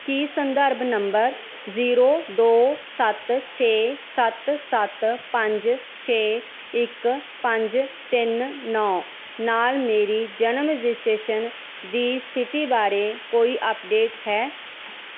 ਕੀ ਸੰਦਰਭ number zero ਦੋ ਸੱਤ ਛੇ ਸੱਤ ਸੱਤ ਪੰਜ ਛੇ ਇੱਕ ਪੰਜ ਤਿੰਨ ਨੌਂ ਨਾਲ ਮੇਰੀ ਜਨਮ ਰਜਿਸਟ੍ਰੇਸ਼ਨ ਦੀ ਸਥਿਤੀ ਬਾਰੇ ਕੋਈ ਅਪਡੇਟ ਹੈ